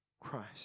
Christ